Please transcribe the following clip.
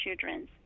children